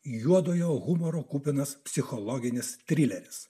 juodojo humoro kupinas psichologinis trileris